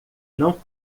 não